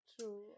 True